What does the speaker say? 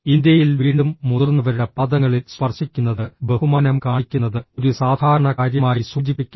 ഇന്ത്യയിൽ വീണ്ടും മുതിർന്നവരുടെ പാദങ്ങളിൽ സ്പർശിക്കുന്നത് ബഹുമാനം കാണിക്കുന്നത് ഒരു സാധാരണ കാര്യമായി സൂചിപ്പിക്കുന്നു